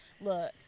Look